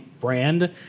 brand